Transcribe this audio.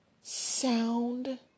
sound